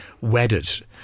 wedded